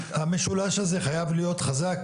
המשולש הזה חייב להיות חזק,